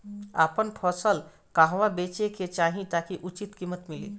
आपन फसल कहवा बेंचे के चाहीं ताकि उचित कीमत मिली?